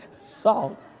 salt